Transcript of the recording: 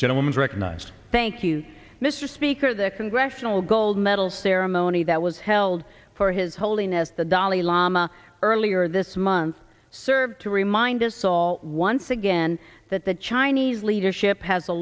gentlemen recognize thank you mr speaker the congressional gold medal ceremony that was held for his holiness the dalai lama earlier this month served to remind us all once again that the chinese leadership has a